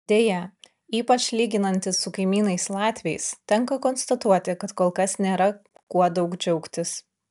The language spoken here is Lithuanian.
deja ypač lyginantis su kaimynais latviais tenka konstatuoti kad kol kas nėra kuo daug džiaugtis